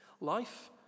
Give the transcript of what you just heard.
Life